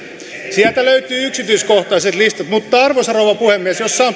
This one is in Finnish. sieltä löytyy yksityiskohtaiset listat mutta arvoisa rouva puhemies jos saan